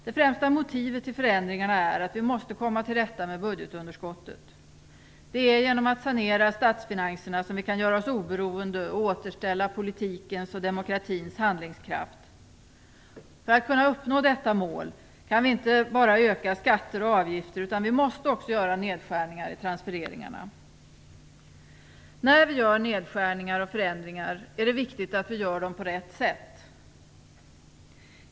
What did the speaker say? Det främsta motivet till förändringarna är att vi måste komma till rätta med budgetunderskottet. Det är genom att sanera statsfinanserna som vi kan göra oss oberoende och återställa politikens och demokratins handlingskraft. För att kunna uppnå detta mål kan vi inte bara öka skatter och avgifter, utan vi måste också göra nedskärningar i transfereringarna. När vi gör nedskärningar och förändringar är det viktigt att vi gör dem på rätt sätt.